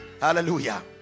hallelujah